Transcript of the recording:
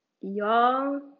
Y'all